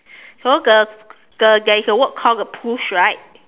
so the the there is a word called uh push right